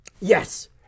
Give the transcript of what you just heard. Yes